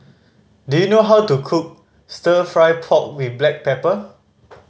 do you know how to cook Stir Fry pork with black pepper